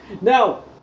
Now